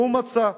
והוא מצא.